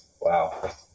wow